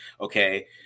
Okay